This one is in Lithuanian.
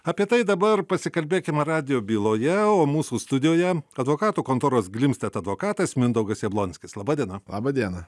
apie tai dabar pasikalbėkim radijo byloje o mūsų studijoje advokatų kontoros glimstat advokatas mindaugas jablonskis laba diena